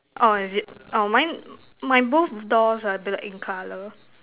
orh is it orh mine my both doors are black in colour